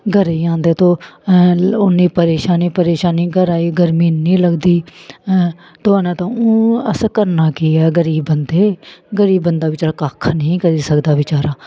घरै गी आंदे तो उन्नी परेशानी परेशानी घरै गी गर्मी इन्नी लगदी थुआना तां हून असें करना केह् ऐ गरीब बंदे गरीब बंदा बचारा कक्ख नेईं करी सकदा बचारा